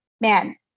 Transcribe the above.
man